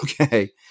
Okay